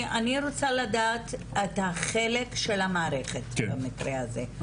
אני רוצה לדעת את החלק של המערכת במקרה הזה.